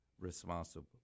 responsible